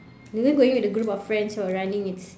maybe going with a group of friends for running it's